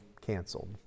canceled